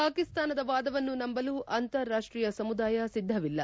ಪಾಕಿಸ್ತಾನದ ವಾದವನ್ನು ನಂಬಲು ಅಂತಾರಾಷ್ಷೀಯ ಸಮುದಾಯ ಸಿದ್ದವಿಲ್ಲ